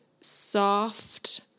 soft